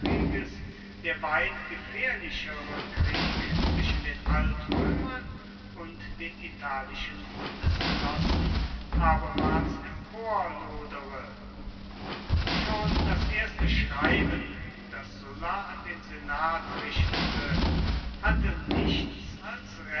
der weit gefährlichere krieg zwischen den altrömern und den italischen bundesgenossen abermals emporlodere schon das erste schreiben das sulla an den senat richtete hatte nichts als